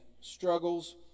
struggles